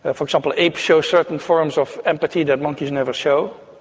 ah for example, apes show certain forms of empathy that monkeys never show,